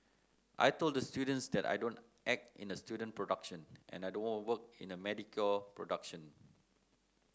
I told the students that I don't act in a student production and I don't work in a mediocre production